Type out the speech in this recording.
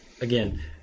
again